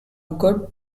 good